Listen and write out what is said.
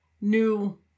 new